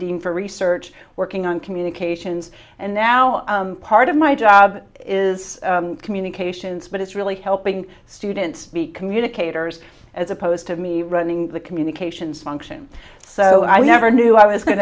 dean for research working on communications and now part of my job is communications but it's really helping students be communicators as opposed to me running the communications function so i never knew i was going